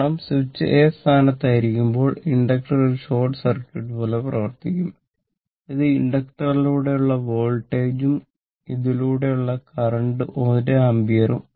കാരണം switch A സ്ഥാനത്തായിരിക്കുമ്പോൾ inductor ഒരു ഷോർട്ട് സർക്യൂട്ട് പോലെ പ്രവർത്തിക്കും ഇത് ഇൻഡക്ടർലൂടെയുള്ള വോൾട്ടേജും ഇതിലൂടെയുള്ള കരണ്ട് 1 ആമ്പിയറും